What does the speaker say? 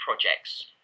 projects